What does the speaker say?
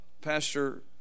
Pastor